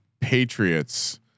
Patriots